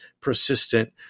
persistent